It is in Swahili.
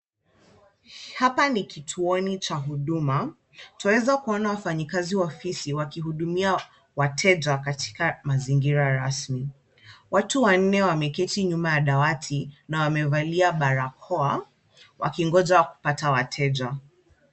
Hapa ni kituoni cha huduma tunaweza kuona wafanyakazi wa ofisi wakihudumia wateja katika mazingira rasmi. Watu wanne wameketi nyuma ya dawati na wamevaa barakoa wakingoja kupata wateja.